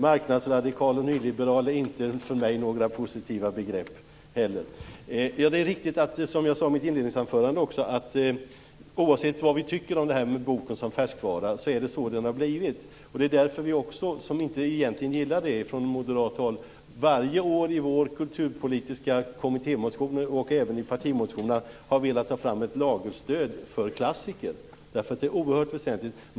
Marknadsradikal och nyliberal är för mig inte några positiva begrepp. Det är riktigt, vilket jag sade i mitt inledningsanförande, att oavsett vad vi tycker om boken som färskvara så har den blivit det. Det är därför som vi från moderat håll, som egentligen inte gillar det, i våra kulturpolitiska kommittémotioner och även i partimotionerna har velat ta fram ett lagerstöd för klassiker, eftersom det är oerhört väsentligt.